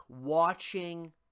watching